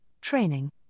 training